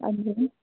ਹਾਂਜੀ ਮੈਮ